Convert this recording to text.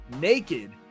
naked